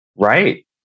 Right